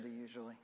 usually